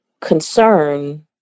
concern